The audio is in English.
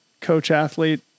coach-athlete